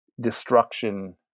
destruction